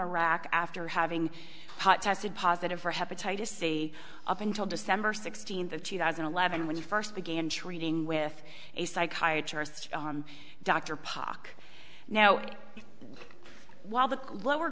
iraq after having ha tested positive for hepatitis c up until december sixteenth of two thousand and eleven when he first began treating with a psychiatry doctor poc now while the lower